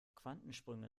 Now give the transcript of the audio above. quantensprünge